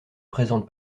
présente